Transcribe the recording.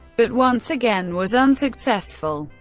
but once again was unsuccessful.